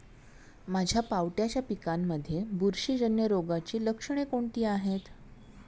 माझ्या पावट्याच्या पिकांमध्ये बुरशीजन्य रोगाची लक्षणे कोणती आहेत?